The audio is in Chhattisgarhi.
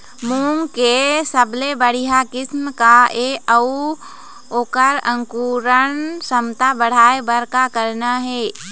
मूंग के सबले बढ़िया किस्म का ये अऊ ओकर अंकुरण क्षमता बढ़ाये बर का करना ये?